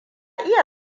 iya